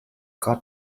got